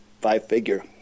five-figure